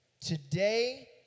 Today